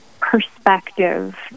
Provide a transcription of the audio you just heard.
perspective